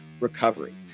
recovery